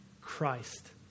Christ